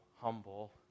humble